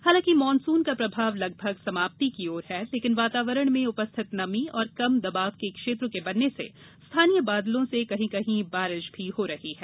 हालांकि मानसून का प्रभाव लगभग समाप्ति की ओर है लेकिन वातावरण में उपस्थित नमी और कम दवाब के क्षेत्र के बनने से स्थानीय बादलों से कहीं कहीं बारिश भी हो रही है